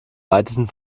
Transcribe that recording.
weitesten